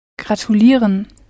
Gratulieren